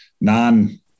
non